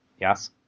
Yes